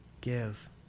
Give